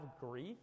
grief